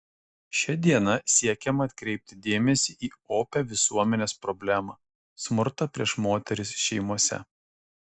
šia diena siekiama atkreipti dėmesį į opią visuomenės problemą smurtą prieš moteris šeimose